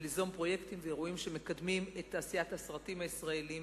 וליזום פרויקטים ואירועים שמקדמים את תעשיית הסרטים הישראליים